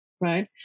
right